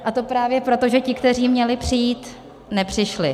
A to právě proto, že ti, kteří měli přijít, nepřišli.